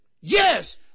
yes